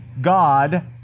God